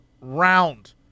round